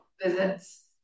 visits